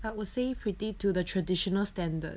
I would say pretty to the traditional standard